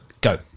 Go